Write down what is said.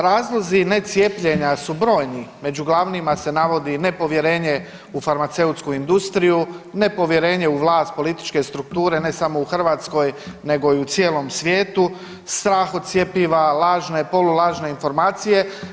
Razlozi ne cijepljenja su brojni, među glavnima se navodi nepovjerenje u farmaceutsku industriju, nepovjerenje u vlast političke strukture ne samo u Hrvatskoj nego i u cijelom svijetu, strah od cjepiva, lažne, polulažne informacije.